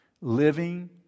Living